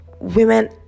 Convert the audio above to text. women